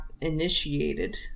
initiated